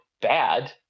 bad